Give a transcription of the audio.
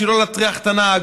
בשביל לא להטריח את הנהג,